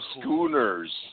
Schooners